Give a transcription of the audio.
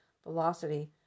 velocity